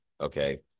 Okay